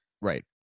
Right